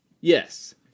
Yes